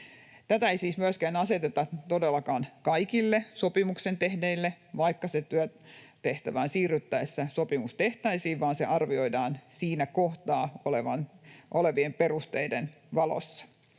Tätä ei siis myöskään todellakaan aseteta kaikille sopimuksen tehneille, vaikka työtehtävään siirryttäessä sopimus tehtäisiin, vaan se arvioidaan siinä kohtaa olevien perusteiden valossa.